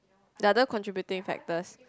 there are other contributing factors